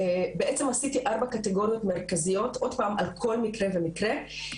עשיתי ארבע קטגוריות מרכזיות עוד פעם על כל מקרה ומקרה,